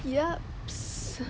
yup